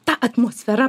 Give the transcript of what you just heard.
ta atmosfera